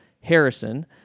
Harrison